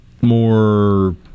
more